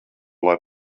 lai